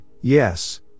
yes